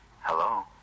Hello